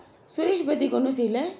suresh birthday ஒன்னும் செய்யலை:onnum seyalai